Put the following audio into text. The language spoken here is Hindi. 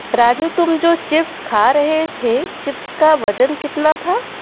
राजू तुम जो चिप्स खा रहे थे चिप्स का वजन कितना था?